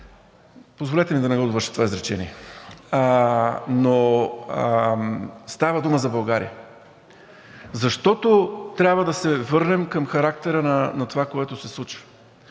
позволете ми да не го довърша това изречение. Става дума за България, защото трябва да се върнем към характера на това, което се случва.